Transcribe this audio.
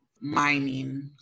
mining